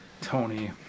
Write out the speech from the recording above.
Tony